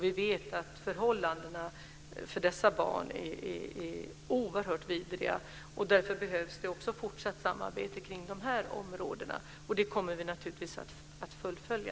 Vi vet att förhållandena för dessa barn är oerhört vidriga. Därför behövs det också fortsatt samarbete kring de här områdena, och det kommer vi naturligtvis att fullfölja.